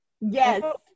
yes